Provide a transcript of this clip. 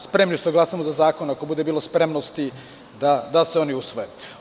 Spremni smo da glasamo za zakon ako bude bilo spremnosti da se oni usvoje.